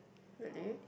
really